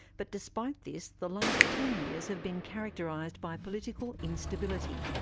but despite this, the last ten years have been characterised by political instability.